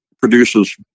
produces